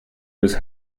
was